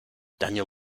daniel